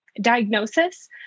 diagnosis